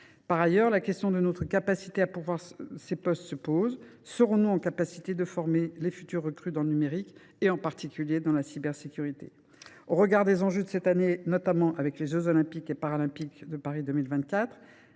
Par ailleurs se pose la question de notre capacité à pourvoir ces postes. Parviendrons nous à former les futures recrues dans le numérique, en particulier dans la cybersécurité ? Au regard des enjeux de cette année, notamment les jeux Olympiques et Paralympiques de Paris 2024,